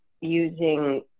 using